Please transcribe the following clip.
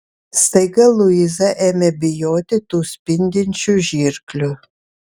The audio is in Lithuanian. staiga luiza ėmė bijoti tų spindinčių žirklių